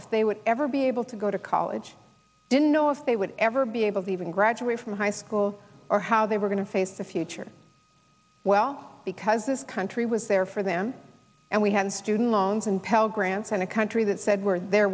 if they would ever be able to go to college didn't know if they would ever be able to even graduate from high school or how they were going to face the future because this country was there for them and we had student loans and pell grants and a country that said we're there